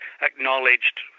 acknowledged